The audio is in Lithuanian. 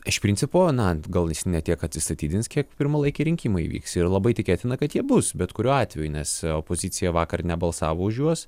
iš principo na gal jis ne tiek atsistatydins kiek pirmalaikiai rinkimai vyks labai tikėtina kad jie bus bet kuriuo atveju nes opozicija vakar nebalsavo už juos